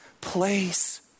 place